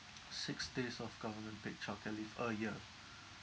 six days of government paid childcare leave a year